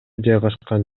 жайгашкан